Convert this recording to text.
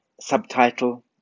subtitle